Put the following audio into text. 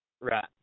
Right